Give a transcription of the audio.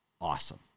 awesome